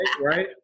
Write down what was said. right